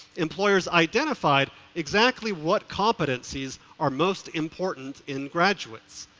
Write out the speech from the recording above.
employers identified exactly what competencies are most important in graduates.